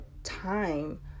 Time